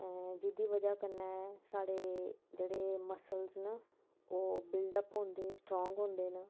जेह्दी ब'जा कन्नै साढ़े जेह्डे़ेमसलस न ओह बिल्डअप होंदे स्ट्रांग होंदे न